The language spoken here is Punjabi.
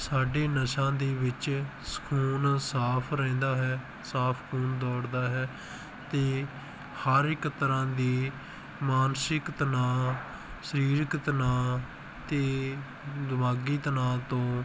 ਸਾਡੀ ਨਸਾਂ ਦੇ ਵਿੱਚ ਸ ਖੂਨ ਸਾਫ ਰਹਿੰਦਾ ਹੈ ਸਾਫ ਖੂਨ ਦੌੜਦਾ ਹੈ ਅਤੇ ਹਰ ਇੱਕ ਤਰ੍ਹਾਂ ਦੀ ਮਾਨਸਿਕ ਤਨਾਅ ਸਰੀਰਕ ਤਨਾਅ ਅਤੇ ਦਿਮਾਗੀ ਤਨਾਅ ਤੋਂ